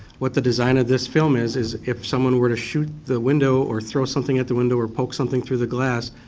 the design of this film is is if someone were to shoot the window or throw something at the window or poke something through the class,